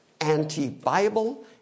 anti-Bible